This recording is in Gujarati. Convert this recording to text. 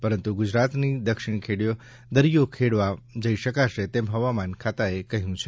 પરંતુ ગુજરાતની દક્ષિણ દરિયો ખેડવા જઇ શકાશે તેમ હવામાન ખાતાએ કહ્યું છે